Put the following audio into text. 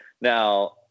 Now